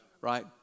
right